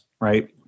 right